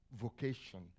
vocation